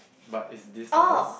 but is this size